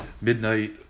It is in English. Midnight